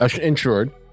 insured